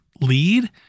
lead